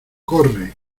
corre